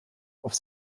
auf